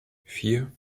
vier